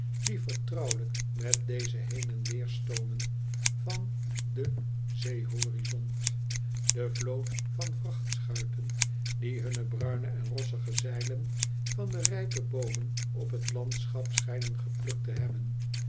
die vertrouwelijk met deze heen en weer stoomen van den zeehorizont de vloot van vrachtschuiten die hunne bruine en rossige zeilen van de rijpe boomen op t landschap schijnen geplukt te hebben